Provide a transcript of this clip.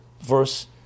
verse